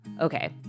Okay